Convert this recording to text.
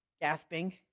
gasping